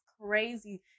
crazy